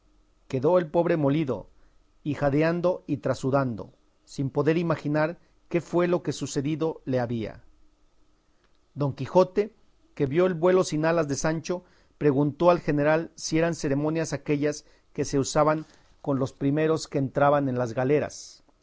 quedó el pobre molido y jadeando y trasudando sin poder imaginar qué fue lo que sucedido le había don quijote que vio el vuelo sin alas de sancho preguntó al general si eran ceremonias aquéllas que se usaban con los primeros que entraban en las galeras